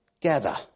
gather